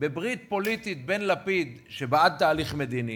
בברית פוליטית בין לפיד, שבעד תהליך מדיני